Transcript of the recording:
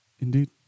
Indeed